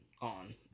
on